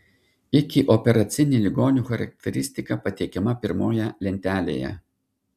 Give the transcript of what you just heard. ikioperacinė ligonių charakteristika pateikiama pirmoje lentelėje